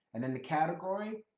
and then the category,